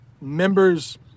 Members